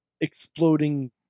exploding